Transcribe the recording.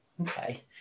okay